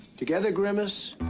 together, grimace,